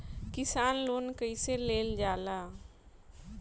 किसान लोन कईसे लेल जाला?